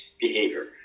behavior